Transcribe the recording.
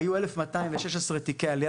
היו 1,216 תיקי עלייה,